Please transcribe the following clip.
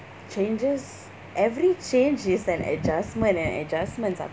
changes every change is an adjustment and adjustments are